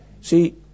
see